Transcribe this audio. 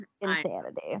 Insanity